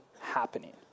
happening